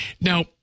Now